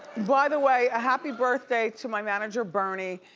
by the way, a happy birthday to my manager, bernie.